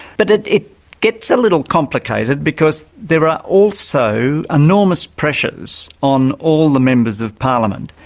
but it it gets a little complicated, because there are also enormous pressures on all the members of parliament.